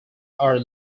are